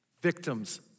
victims